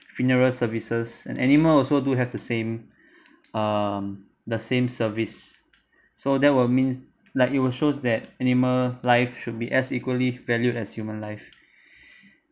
funeral services and animal also do have the same um the same service so that would mean like it will shows that animal life should be as equally valued as human life